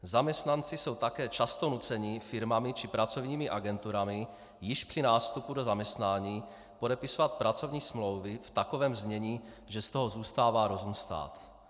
Zaměstnanci jsou také často nuceni firmami či pracovními agenturami již při nástupu do zaměstnání podepisovat pracovní smlouvy v takovém znění, že z toho zůstává rozum stát.